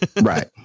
Right